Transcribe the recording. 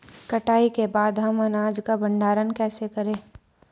कटाई के बाद हम अनाज का भंडारण कैसे करें?